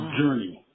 journey